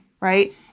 right